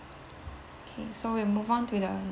okay so we move on to the